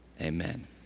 amen